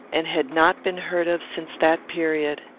and had not been heard of since that period.